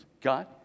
God